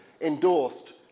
endorsed